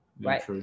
right